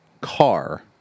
car